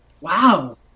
Wow